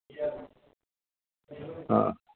ആ ആ